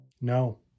No